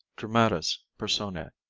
dramatis personae